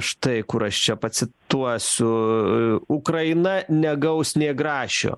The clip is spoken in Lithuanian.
štai kur aš čia pacituosiu ukraina negaus nė grašio